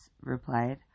replied